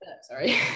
Sorry